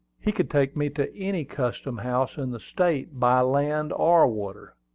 he could take me to any custom-house in the state by land or water.